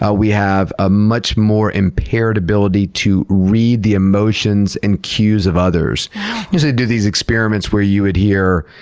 ah we have a much more impaired ability to read the emotions and cues of others. they do these experiments where you would hear,